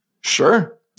Sure